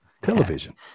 Television